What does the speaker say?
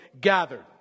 gathered